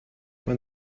man